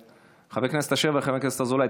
חבר הכנסת אשר וחבר הכנסת אזולאי,